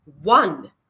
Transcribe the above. one